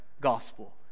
gospel